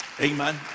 Amen